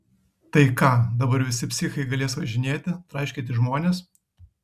tai ką dabar visi psichai galės važinėti traiškyti žmones